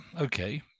okay